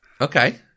okay